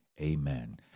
Amen